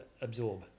absorb